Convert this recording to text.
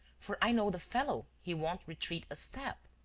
for i know the fellow he won't retreat a step.